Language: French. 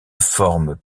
forme